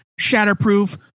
Shatterproof